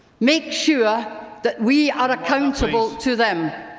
make sure that we are accountable to them.